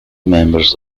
members